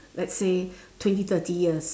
let's say twenty thirty years